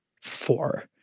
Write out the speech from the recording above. four